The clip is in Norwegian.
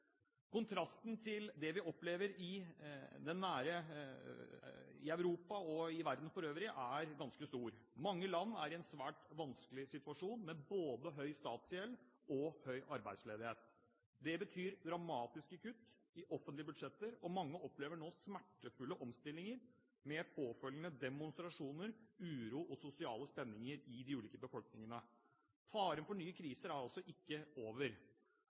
Kontrasten til det vi opplever i Europa og i verden for øvrig, er ganske stor. Mange land er i en svært vanskelig situasjon – med både høy statsgjeld og høy arbeidsledighet. Det betyr dramatiske kutt i offentlige budsjetter, og mange opplever nå smertefulle omstillinger med påfølgende demonstrasjoner, uro og sosiale spenninger i de ulike befolkningene. Faren for ny krise er altså ikke over.